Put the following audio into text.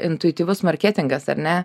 intuityvus marketingas ar ne